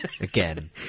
Again